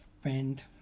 friend